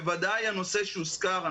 הנושא שהוזכר כאן,